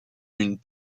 d’une